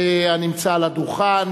הנמצא על הדוכן,